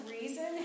reason